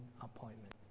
appointment